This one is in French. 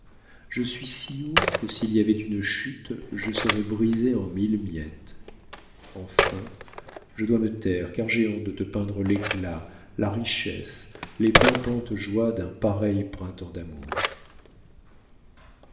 je suis si haut que s'il y avait une chute je serais brisée en mille miettes enfin je dois me taire car j'ai honte de te peindre l'éclat la richesse les pimpantes joies d'un pareil printemps d'amour